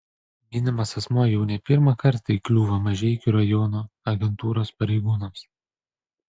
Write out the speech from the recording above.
minimas asmuo jau ne pirmą kartą įkliūva mažeikių rajono agentūros pareigūnams